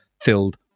filled